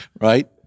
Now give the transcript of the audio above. Right